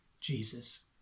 Jesus